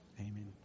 Amen